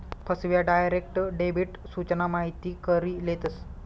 फसव्या, direct debit सूचना माहिती करी लेतस